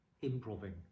improving